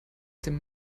dem